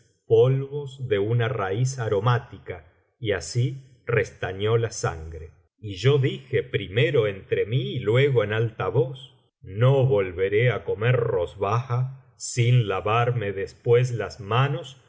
polvos de una raíz aromática y así restañó la sangre y yo dije primero entre mí y luego en alta voz no volveré á comer rozbaja sin lavarme después las manos